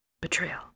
Betrayal